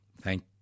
thank